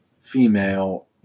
female